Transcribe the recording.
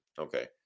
okay